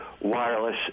wireless